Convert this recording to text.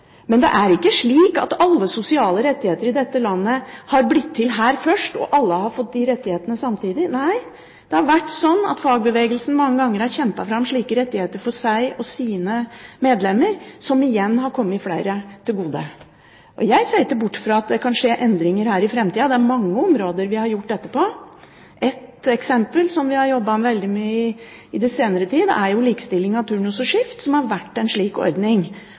Men det er ikke slik at alle sosiale rettigheter i dette landet har blitt til her først, og at alle har fått rettighetene samtidig. Nei, det har vært sånn at fagbevegelsen mange ganger har kjempet fram slike rettigheter for seg og sine medlemmer, som igjen har kommet flere til gode. Jeg ser ikke bort fra at det kan skje endringer her i framtida. Det er mange områder vi har gjort det på. Et eksempel som vi har jobbet veldig mye med i senere tid, er likestilling av turnus og skift. Det har vært en slik ordning,